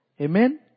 Amen